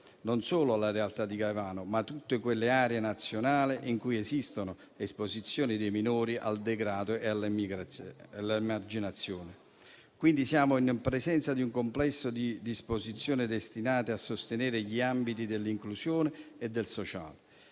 non solo la realtà di Caivano, ma tutte quelle aree nazionali in cui avviene l'esposizione dei minori al degrado e all'emarginazione. Quindi, siamo in presenza di un complesso di disposizioni destinate a sostenere gli ambiti dell'inclusione e del sociale,